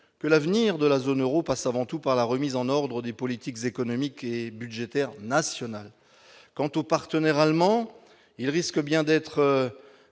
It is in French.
que l'avenir de la zone Euro passe avant tout par la remise en ordre des politiques économiques et budgétaires nationales quant au partenaire allemand, il risque bien d'être